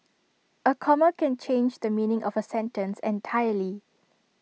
A comma can change the meaning of A sentence entirely